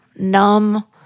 numb